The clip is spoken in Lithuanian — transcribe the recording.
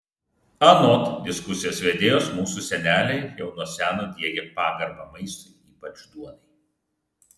anot diskusijos vedėjos mūsų seneliai jau nuo seno diegė pagarbą maistui ypač duonai